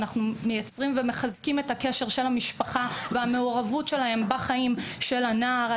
אנחנו מחזקים ומייצבים את הקשר של המשפחה המעורבות שלהם בחיי הנער,